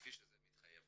כפי שזה מחייב,